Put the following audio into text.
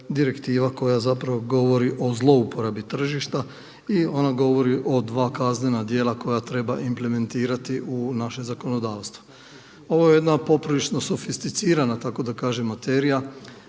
direktiva koja zapravo govori o zlouporabi tržišta i ona govori o dva kaznena djela koja treba implementirati u naše zakonodavstvo. Ovo je jedna poprilično sofisticirana tako da kažem materija